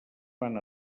van